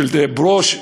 של ברושי,